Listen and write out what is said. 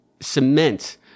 cement